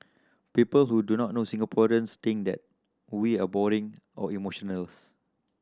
people who do not know Singaporeans think that we are boring or emotionless